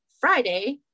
Friday